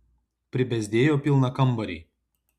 pribezdėjo pilną kambarį